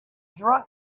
drunk